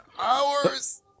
hours